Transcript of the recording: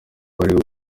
bareba